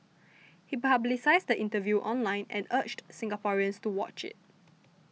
he publicised the interview online and urged Singaporeans to watch it